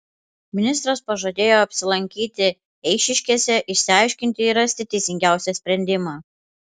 ministras pažadėjo apsilankyti eišiškėse išsiaiškinti ir rasti teisingiausią sprendimą